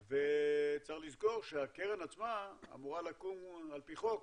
צריך לזכור שהקרן עצמה אמורה לקום על פי חוק